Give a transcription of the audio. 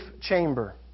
chamber